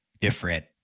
different